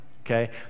Okay